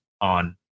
on